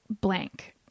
blank